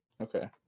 Okay